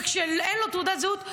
וכשאין לו תעודת זהות,